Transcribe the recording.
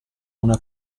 una